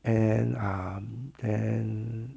and um and